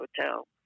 Hotel